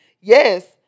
Yes